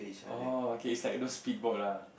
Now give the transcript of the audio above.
oh okay it's like those speedboat lah